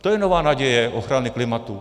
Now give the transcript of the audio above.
To je nová naděje ochrany klimatu.